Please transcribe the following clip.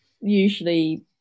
usually